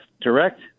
direct